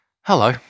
Hello